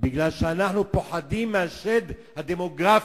בגלל שאנחנו פוחדים מהשד הדמוגרפי.